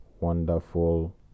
wonderful